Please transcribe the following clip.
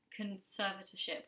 conservatorship